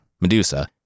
Medusa